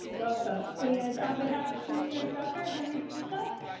welcome. and on behalf of commissioners. docker henry sleep. ah